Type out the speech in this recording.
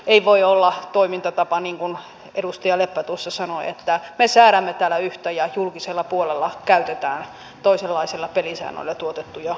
ei voi olla toimintatapana niin kuin edustaja leppä tuossa sanoi että me säädämme täällä yhtä ja julkisella puolella käytetään toisenlaisilla pelisäännöillä tuotettuja tuotteita